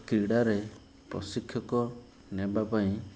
କ୍ରୀଡ଼ାରେ ପ୍ରଶିକ୍ଷକ ନେବାପାଇଁ